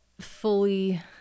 fully